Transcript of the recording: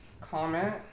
comment